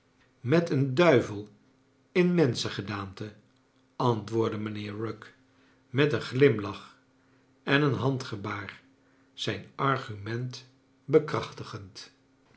met een duivel in menschengedaante antwoordde mijnheer rugg met een glimlach en een handgebaar zijn argument bekrachtigend